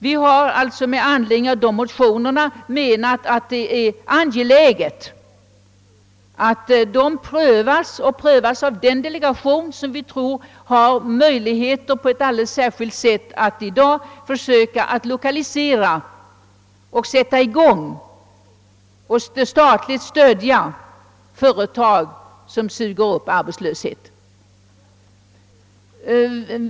Vi har ansett det angeläget att dessa förslag i motio nerna prövas av den delegation som vi tror har möjligheter att på ett alldeles särskilt sätt lokalisera, sätta i gång och statligt stödja företag som suger upp arbetslöshet.